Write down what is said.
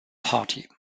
party